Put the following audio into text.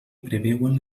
preveuen